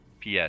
PS